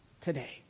today